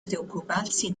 preoccuparsi